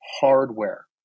Hardware